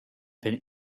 pin